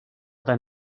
then